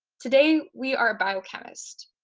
today, we are a biochemists,